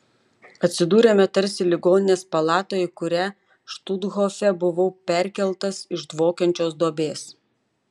atsidūrėme tarsi ligoninės palatoje į kurią štuthofe buvau perkeltas iš dvokiančios duobės